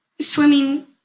swimming